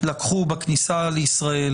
לקחו בכניסה לישראל,